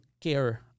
care